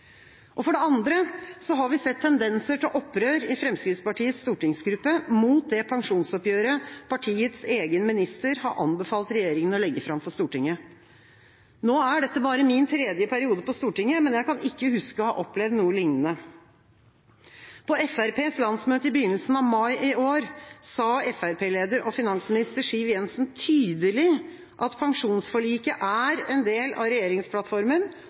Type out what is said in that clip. uke. For det andre har vi sett tendenser til opprør i Fremskrittspartiets stortingsgruppe mot det pensjonsoppgjøret partiets egen minister har anbefalt regjeringa å legge fram for Stortinget. Nå er dette bare min tredje periode på Stortinget, men jeg kan ikke huske å ha opplevd noe lignende. På Fremskrittspartiets landsmøte i begynnelsen av mai i år sa Fremskrittsparti-leder og finansminister Siv Jensen tydelig at pensjonsforliket er en del av